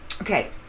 okay